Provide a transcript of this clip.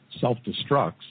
self-destructs